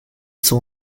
sont